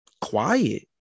quiet